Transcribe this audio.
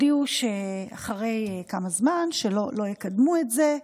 כמובן, הודיעו אחרי כמה זמן שלא יקדמו את זה,